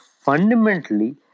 fundamentally